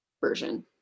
version